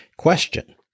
Question